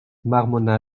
marmonna